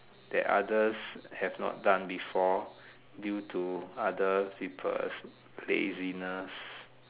that others have not done before due to other people's laziness